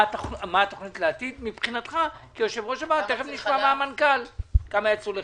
מה התוכנית לעתיד מבחינתך, כמה יצאו לחל"ת?